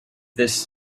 this